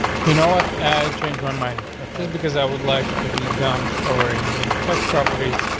you know what i changed my mind just because i would like to be done covering the text properties.